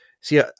See